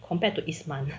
compared to isman